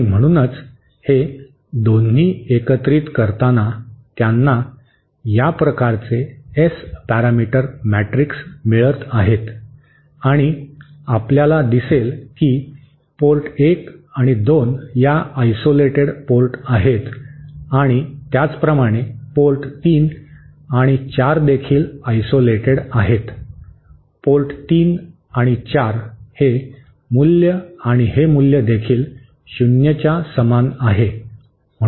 आणि म्हणूनच हे दोन्ही एकत्रित करताना त्यांना या प्रकारचे एस पॅरामीटर मॅट्रिक्स मिळत आहेत आणि आपल्याला दिसेल की पोर्ट 1 आणि 2 या आयसोलेटेड पोर्ट आहेत आणि त्याचप्रमाणे पोर्ट 3 आणि 4 देखील आयसोलेटेड आहेत पोर्ट 3 आणि 4 हे मूल्य आणि हे मूल्य देखील शून्यच्या समान आहे